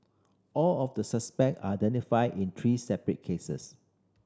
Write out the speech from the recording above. all of the suspect identified in three separate cases